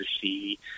see